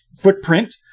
footprint